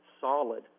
solid